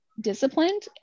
disciplined